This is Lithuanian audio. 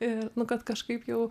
ir nu kad kažkaip jau